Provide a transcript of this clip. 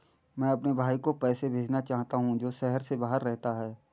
मैं अपने भाई को पैसे भेजना चाहता हूँ जो शहर से बाहर रहता है